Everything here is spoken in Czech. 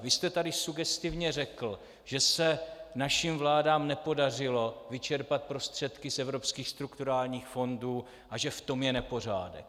Vy jste tady sugestivně řekl, že se našim vládám nepodařilo vyčerpat prostředky z evropských strukturálních fondů a že v tom je nepořádek.